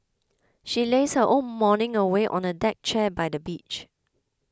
she lazed her whole morning away on a deck chair by the beach